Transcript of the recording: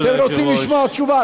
אתם רוצים לשמוע תשובה?